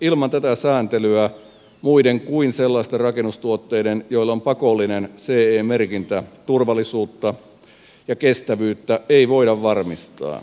ilman tätä sääntelyä muiden kuin sellaisten rakennustuotteiden joilla on pakollinen ce merkintä turvallisuutta ja kestävyyttä ei voida varmistaa